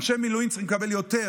אנשי מילואים צריכים לקבל יותר,